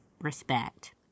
respect